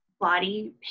body